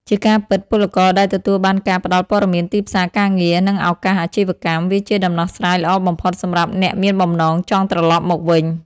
ជាការពិតពលករដែលទទួលបានការផ្តល់ព័ត៌មានទីផ្សារការងារ និងឱកាសអាជីវកម្ម វាជាដំណោះស្រាយល្អបំផុតសម្រាប់អ្នកមានបំណងចង់ត្រឡប់មកវិញ។